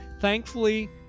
Thankfully